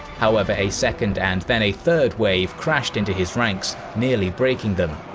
however, a second and then a third wave crashed into his ranks, nearly breaking them.